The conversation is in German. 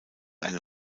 eine